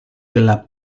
gelap